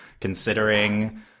considering